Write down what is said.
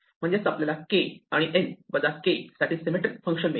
म्हणजेच आपल्याला K आणि n वजा k साठी सिमेट्रीक फंक्शन मिळते